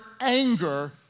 anger